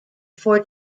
four